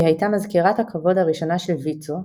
היא הייתה מזכירת הכבוד הראשונה של ויצו,